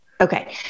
Okay